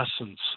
essence